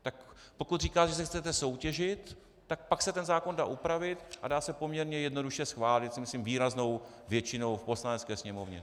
Tak pokud říkáte, že se chcete soutěžit, tak pak se ten zákon dá upravit a dá se poměrně jednoduše schválit, si myslím, výraznou většinou v Poslanecké sněmovně.